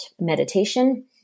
meditation